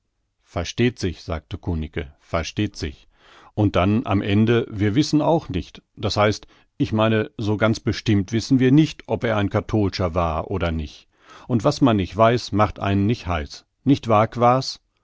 versteht sich sagte kunicke versteht sich und dann am ende wir wissen auch nicht das heißt ich meine so ganz bestimmt wissen wir nicht ob er ein kattolscher war oder nich un was man nich weiß macht einen nich heiß nicht wahr